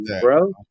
bro